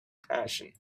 passion